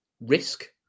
risk